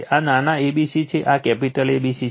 આ નાના a b c છે આ કેપિટલ A B C છે